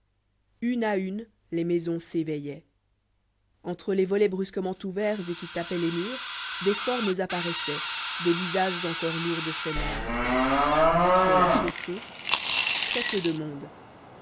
une à une les maisons s'éveillaient entre les volets brusquement ouverts et qui tapaient les murs des formes apparaissaient des visages encore lourds de sommeil sur la chaussée très peu de monde